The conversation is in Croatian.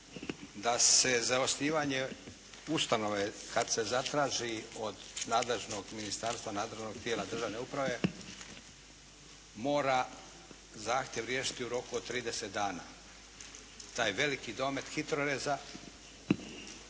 da se za osnivanje ustanove kada se zatraži od nadležnog ministarstva, nadležnog tijela državne uprave mora zahtjev riješiti u roku od 30 dana. Taj veliki domet HITROReza